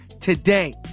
today